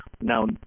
Now